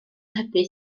hybu